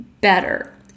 better